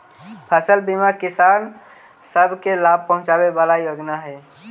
फसल बीमा किसान सब के लाभ पहुंचाबे वाला योजना हई